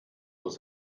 aus